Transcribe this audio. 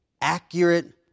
accurate